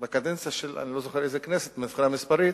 בקדנציה של אני לא זוכר איזו כנסת מבחינה מספרית.